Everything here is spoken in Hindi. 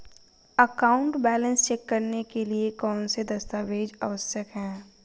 अकाउंट बैलेंस चेक करने के लिए कौनसे दस्तावेज़ आवश्यक हैं?